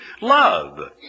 love